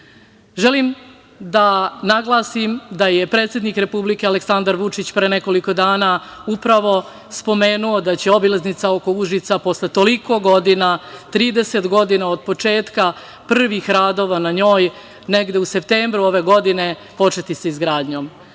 da naglasim da je predsednik Republike Aleksandar Vučić pre nekoliko dana upravo spomenuo da će obilaznica oko Užica, posle toliko godina, 30 godina od početka prvih radova na njoj, negde u septembru ove godine početi sa izgradnjom. Nadam